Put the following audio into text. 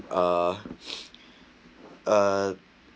and uh um